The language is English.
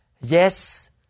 Yes